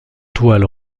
toile